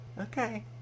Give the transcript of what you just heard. Okay